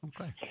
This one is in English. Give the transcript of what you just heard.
Okay